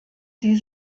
sie